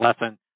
lesson